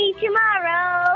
tomorrow